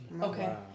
Okay